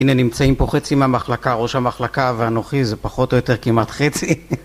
הנה נמצאים פה חצי מהמחלקה, ראש המחלקה ואנוכי זה פחות או יותר כמעט חצי